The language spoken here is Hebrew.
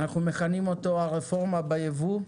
אנחנו מכנים אותו הרפורמה ביבוא.